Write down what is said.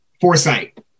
foresight